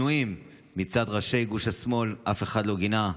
ולגינויים מצד ראשי גוש השמאל, אף אחד לא גינה.